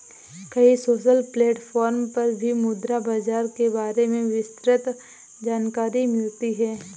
कई social platform पर भी मुद्रा बाजार के बारे में विस्तृत जानकरी मिलती है